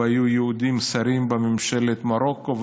והיו יהודים שרים בממשלת מרוקו,